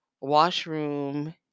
washroom